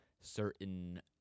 certain